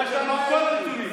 רגע, שאלת אותי על מאי,